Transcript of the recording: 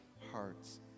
hearts